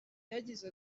yagize